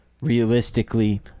realistically